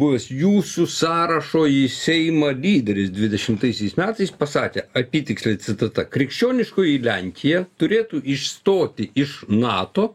buvęs jūsų sąrašo į seimą lyderis dvidešimtaisiais metais pasakė apytiksliai citata krikščioniškoji lenkija turėtų išstoti iš nato